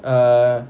uh